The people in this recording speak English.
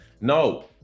No